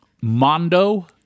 Mondo